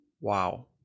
Wow